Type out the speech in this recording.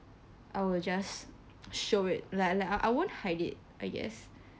I will just show it like like I won't hide it I guess